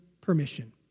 permission